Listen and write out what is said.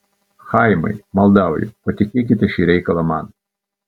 chaimai maldauju patikėkite šį reikalą man